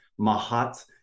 Mahat